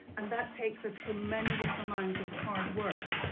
and that takes a tremendous amount of hard work,